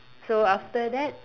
so after that